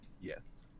Yes